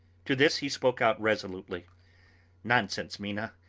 to this he spoke out resolutely nonsense, mina.